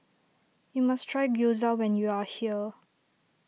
you must try Gyoza when you are here